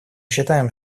считаем